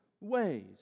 ways